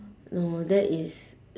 no that is